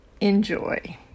Enjoy